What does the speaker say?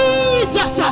Jesus